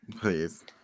Please